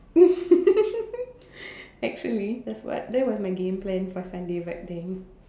actually that's what that was my game plan for Sunday but dang